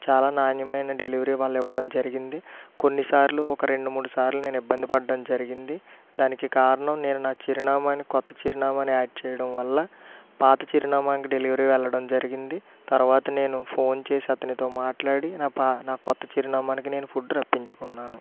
చాలా నాణ్యమైన డెలివరీ వాళ్ళు ఇవ్వడం జరిగింది కొన్నిసార్లు ఒక రెండు మూడు సార్లు నేను ఇబ్బంది పడడం జరిగింది దానికి కారణం నేను నా చిరునామాని కొత్త చిరునామాని యాడ్ చేయడం వల్ల పాత చిరునామాకి డెలివరీ వెళ్ళడం జరిగింది తర్వాత నేను ఫోన్ చేసి అతనితో మాట్లాడి నా పా నా కొత్త చిరునామాకి నేను ఫుడ్ రప్పించుకున్నాను